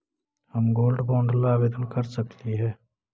हम gold bond ला आवेदन कर सकली हे?